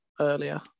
earlier